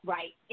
Right